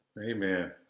Amen